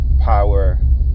power